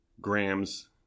grams